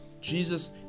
Jesus